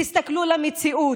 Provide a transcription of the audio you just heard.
תסתכלו על המציאות,